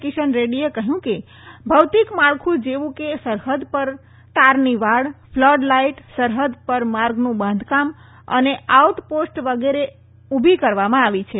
કિશન રેડ્રીએ કહયું કે ભૌતિક માળખું જેવુ કે સરહદ પર તારની વાડ ફલડ લાઈટ સરહદ પર માર્ગનું બાંધકામ અને આઉટ પોસ્ટ વગેરે ઉભી કરવામાં આવી છે